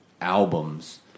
albums